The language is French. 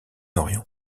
orient